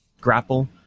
grapple